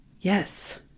Yes